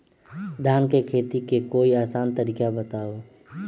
धान के खेती के कोई आसान तरिका बताउ?